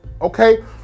okay